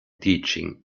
teaching